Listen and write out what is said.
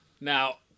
Now